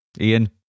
Ian